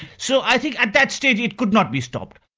so i think at that stage it could not be stopped.